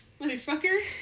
Motherfucker